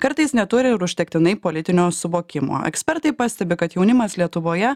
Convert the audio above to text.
kartais neturi ir užtektinai politinio suvokimo ekspertai pastebi kad jaunimas lietuvoje